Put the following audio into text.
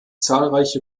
zahlreiche